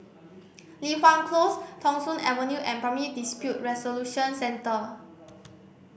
Li Hwan Close Thong Soon Avenue and Primary Dispute Resolution Centre